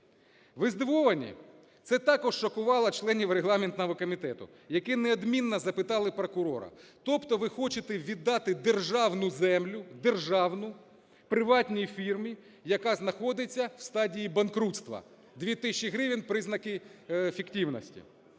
Ви здивовані? Це також шокувало членів регламентного комітету, які неодмінно запитали прокурора. Тобто ви хочете віддати державну землю, державну, приватній фірмі, яка знаходиться в стадії банкрутства? 2 тисячі гривень – признаки фіктивності.